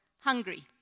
hungry